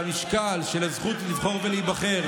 שהמשקל של הזכות לבחור ולהיבחר,